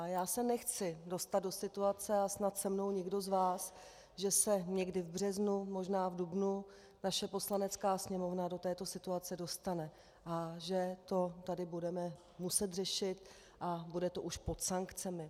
Já se nechci dostat do situace a snad se mnou nikdo z vás, že se někdy v březnu, možná v dubnu naše Poslanecká sněmovna do této situace dostane a že to tady budeme muset řešit a bude to už pod sankcemi.